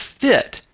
fit